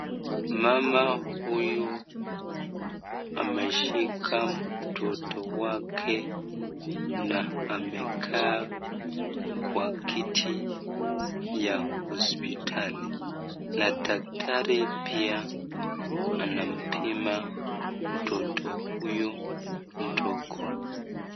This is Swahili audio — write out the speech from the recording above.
Mama huyu ameshika mtoto wake na amekaa kwa kiti ya hospitali na daktari pia anampima mtoto huyu mdogo.